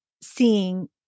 seeing